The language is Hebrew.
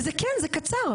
וזה כן זה קצר.